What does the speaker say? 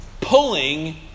pulling